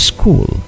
School